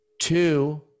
Two